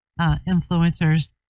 influencers